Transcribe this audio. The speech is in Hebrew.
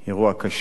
אירוע קשה.